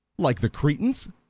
like the cretans.